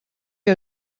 que